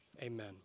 Amen